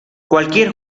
cualquier